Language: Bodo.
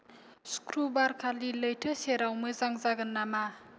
सुक्र'बारखालि लैथो सेराव मोजां जागोन नामा